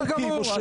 בסדר גמור,